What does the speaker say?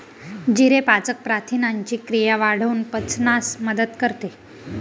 जिरे पाचक प्रथिनांची क्रिया वाढवून पचनास मदत करते